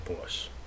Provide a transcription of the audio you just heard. boss